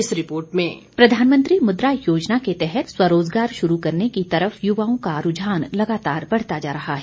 यह रिपोर्ट वीओ मुद्रा योजना के तहत स्वरोज़गार शुरू करने की तरफ यूवाओं का रूझान लगातार बढ़ता जा रहा है